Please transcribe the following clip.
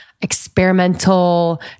experimental